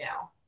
now